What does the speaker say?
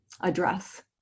address